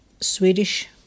Swedish